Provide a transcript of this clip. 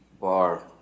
bar